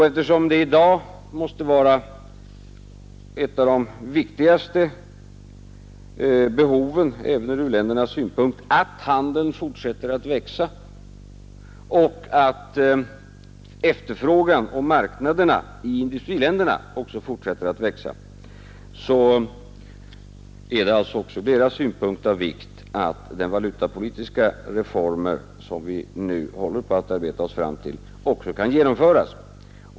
Eftersom det i dag måste vara ett av de viktigaste behoven, även ur u-ländernas synpunkt, att handeln fortsätter att växa och att efterfrågan på marknaderna i industriländerna också fortsätter att växa så är det också ur deras synpunkt av vikt att den valutapolitiska reform som vi nu håller på att arbeta oss fram till kan genomföras.